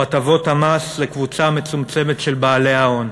או הטבות המס לקבוצה מצומצמת של בעלי ההון?